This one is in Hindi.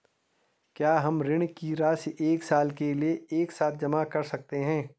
क्या हम ऋण की राशि एक साल के लिए एक साथ जमा कर सकते हैं?